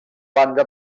banda